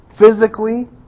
physically